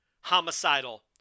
homicidal